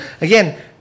again